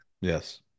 Yes